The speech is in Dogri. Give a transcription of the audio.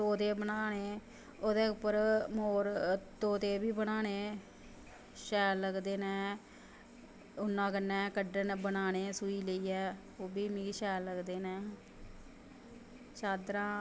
सोपे बनानें ओह्दे उप्पर मोर तोते बी बनानें शैल लगदे नै उन्ना कन्नैं बनाने सुई लेइयै ह् बी मिगी शैल लगदे नै चाद्दरां